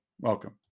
welcome